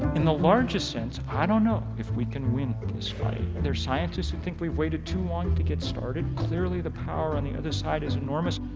in the largest sense, i don't know if we can win this fight. there are scientists who think we've waited too long to get started. clearly the power on the other side is enormous.